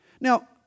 Now